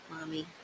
Mommy